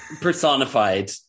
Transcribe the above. personified